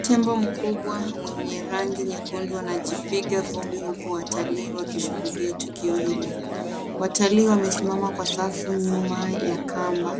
Tembo mkubwa mwenye rangi nyekundu anajipiga vumbi huku watalii wakishuhudia tendo hilo. watalii wamesimama kwa safu nyuma ya kamba